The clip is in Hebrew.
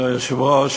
גברתי היושבת-ראש,